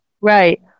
right